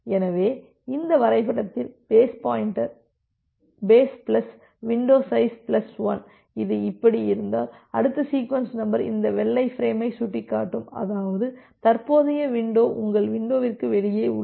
எனவே இந்த வரைபடத்தில் base plus window size plus 1 இது இப்படி இருந்தால் அடுத்த சீக்வென்ஸ் நம்பர் இந்த வெள்ளை ஃபிரேமை சுட்டிக்காட்டும் அதாவதுதற்போதைய வின்டோ உங்கள் வின்டோவிற்கு வெளியே உள்ளது